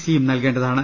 സിയും നൽകേണ്ടതാണ്